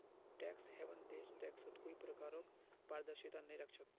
tax haven देश टैक्सत कोई प्रकारक पारदर्शिता नइ राख छेक